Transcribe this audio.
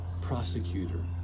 prosecutor